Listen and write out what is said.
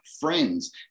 friends